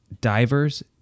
divers